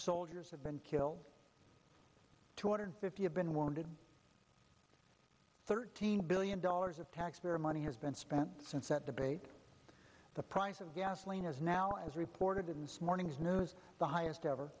soldiers have been killed two hundred fifty have been wounded thirteen billion dollars of taxpayer money has been spent since that debate the price of gasoline is now as reported in this morning's news the highest ever